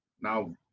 now